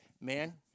man